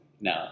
No